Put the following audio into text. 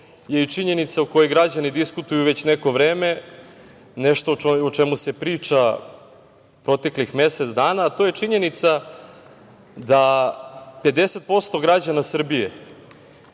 je i činjenica o kojoj građani diskutuju već neko vreme, nešto o čemu se priča proteklih mesec dana, a to je činjenica da 50% građana Srbije